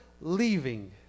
leaving